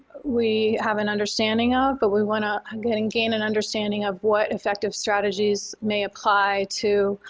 we have an understanding of but we want to get and gain an understanding of what effective strategies may apply to